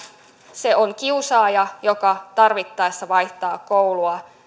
se on kiusaaja joka tarvittaessa vaihtaa koulua